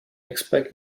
expect